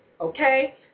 Okay